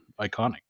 iconic